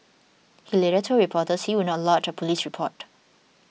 he later told reporters he would not lodge a police report